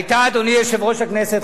אדוני יושב-ראש הכנסת,